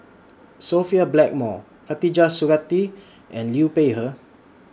Sophia Blackmore Khatijah Surattee and Liu Peihe